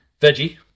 Veggie